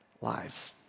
lives